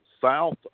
South